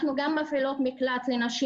משנת 1992 אנחנו מפעילות מקלט לנשים